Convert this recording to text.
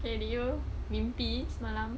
K did you mimpi semalam